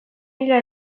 mila